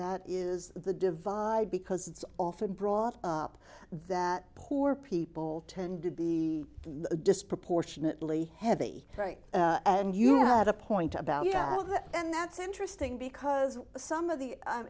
that is the divide because it's often brought up that poor people tend to be disproportionately heavy right and you had a point about yeah and that's interesting because some of the